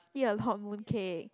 eat a lot mooncake